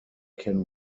can